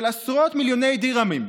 של עשרות מיליוני דירהאמים,